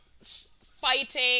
fighting